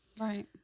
Right